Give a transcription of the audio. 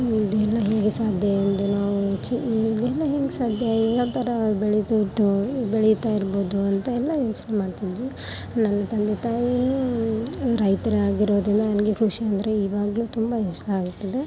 ಇದೆಲ್ಲ ಹೇಗೆ ಸಾಧ್ಯ ಎಂದು ನಾವು ಮುಂಚೆ ಇದೆಲ್ಲ ಹೆಂಗೆ ಸಾಧ್ಯ ಯಾವ ಥರ ಬೆಳಿತಾ ಇದ್ದು ಬೆಳಿತಾ ಇರ್ಬೋದು ಅಂತ ಎಲ್ಲ ಯೋಚನೆ ಮಾಡ್ತಿದ್ವಿ ನನ್ನ ತಂದೆ ತಾಯಿಯೂ ರೈತರಾಗಿರೋದರಿಂದ ನನಗೆ ಕೃಷಿ ಅಂದರೆ ಇವಾಗಲೂ ತುಂಬ ಇಷ್ಟ ಆಗುತ್ತದೆ